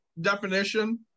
definition